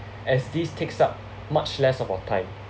as these takes up much less of our time